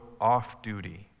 off-duty